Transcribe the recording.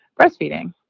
breastfeeding